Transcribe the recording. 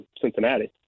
Cincinnati